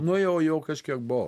nu jau jau kažkiek buau